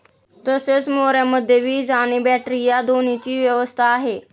तसेच मोऱ्यामध्ये वीज आणि बॅटरी या दोन्हीची व्यवस्था आहे